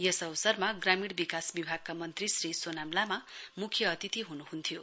यस अवसरमा ग्रामीण विकास विभागका मन्त्री श्री सोनाम लामा मुख्य अतिथि हुनुहन्थ्यो